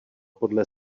podle